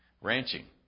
ranching